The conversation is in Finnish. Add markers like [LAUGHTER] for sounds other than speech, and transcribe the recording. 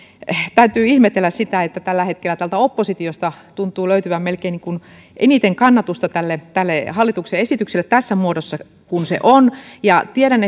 täytyy ihmetellä sitä että tällä hetkellä täältä oppositiosta tuntuu löytyvän melkein eniten kannatusta tälle tälle hallituksen esitykselle tässä muodossa kuin se on tiedän [UNINTELLIGIBLE]